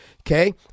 Okay